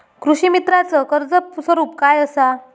कृषीमित्राच कर्ज स्वरूप काय असा?